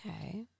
Okay